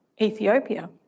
Ethiopia